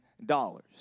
dollars